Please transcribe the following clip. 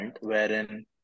wherein